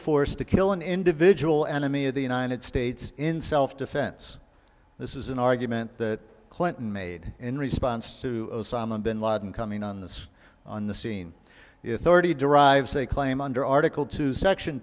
force to kill an individual enemy of the united states in self defense this is an argument that clinton made in response to simon bin laden coming on that's on the scene it's already derives a claim under article two section